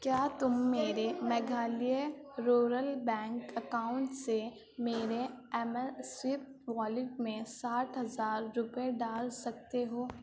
کیا تم میرے میگھالیہ رورل بینک اکاؤنٹ سے میرے ایمے سوئپ والیٹ میں ساٹھ ہزار روپے ڈال سکتے ہو